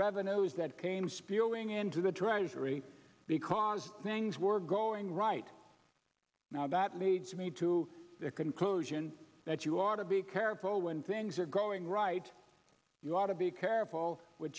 revenues that came spilling into the treasury because things were going right now that leads me to the conclusion that you are to be careful when things are going right you ought to be careful with